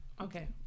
Okay